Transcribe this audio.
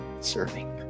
serving